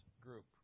group